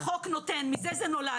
הם נולדו מההנחות שהחוק נותן, מזה זה נולד.